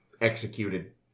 executed